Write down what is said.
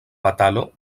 batalo